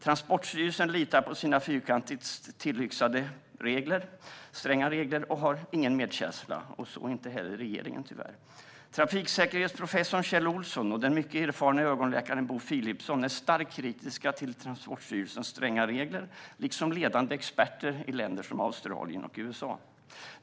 Transportstyrelsen litar på sina fyrkantigt tillyxade, stränga regler och har ingen medkänsla och så inte heller regeringen, tyvärr. Trafiksäkerhetsprofessorn Kjell Ohlsson och den mycket erfarne ögonläkaren Bo Philipson är starkt kritiska till Transportstyrelsens stränga regler liksom ledande experter i länder som Australien och USA.